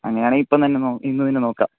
അങ്ങനെയാണേ ഇപ്പം തന്നെ നോ ഇന്നു തന്നെ നോക്കാം